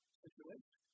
situation